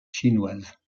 chinoise